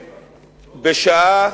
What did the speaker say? אדוני היושב-ראש, בשעה